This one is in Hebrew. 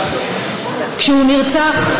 כשהוא נרצח,